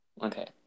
Okay